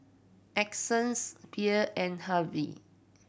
Essence Bea and Hervey